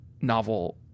novel